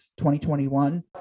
2021